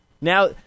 now